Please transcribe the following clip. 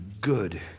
good